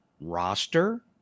roster